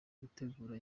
gutegura